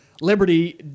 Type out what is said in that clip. Liberty